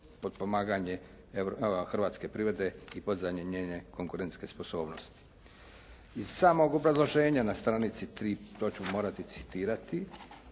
potpomaganje hrvatske privrede i podizanje njene konkurentske sposobnosti. Iz samog obrazloženja na stranici 3., to ću morati citirati.